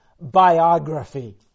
biography